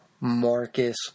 Marcus